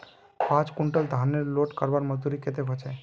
पाँच कुंटल धानेर लोड करवार मजदूरी कतेक होचए?